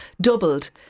doubled